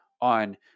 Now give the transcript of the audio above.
on